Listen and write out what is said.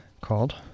called